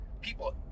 people